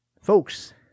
Folks